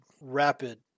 rapid